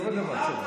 יורד לבד.